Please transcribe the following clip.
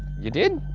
you did?